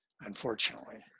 unfortunately